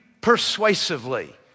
persuasively